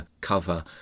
Cover